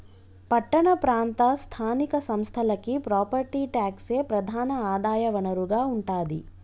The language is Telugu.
పట్టణ ప్రాంత స్థానిక సంస్థలకి ప్రాపర్టీ ట్యాక్సే ప్రధాన ఆదాయ వనరుగా ఉంటాది